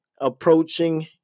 approaching